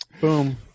Boom